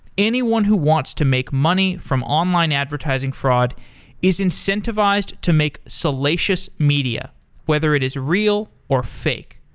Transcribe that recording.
anyone who wants to make money from online advertising fraud is incentivized to make salacious media whether it is real or fake.